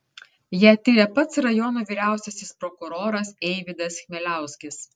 ją tiria pats rajono vyriausiasis prokuroras eivydas chmieliauskis